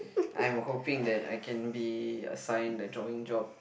I'm hoping that I can be assigned a drawing job